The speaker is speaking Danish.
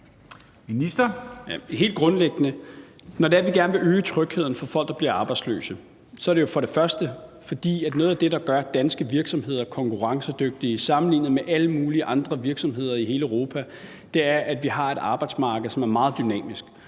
Hummelgaard): Når det er, at vi gerne vil øge trygheden for folk, der bliver arbejdsløse, så er det jo helt grundlæggende, fordi noget af det, der gør danske virksomheder konkurrencedygtige sammenlignet med alle mulige andre virksomheder i hele Europa, er, at vi har et arbejdsmarked, som er meget dynamisk,